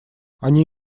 они